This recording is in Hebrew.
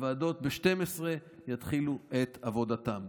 הוועדות יתחילו את עבודתן ב-12:00.